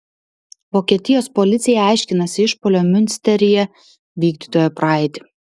vokietijos policija aiškinasi išpuolio miunsteryje vykdytojo praeitį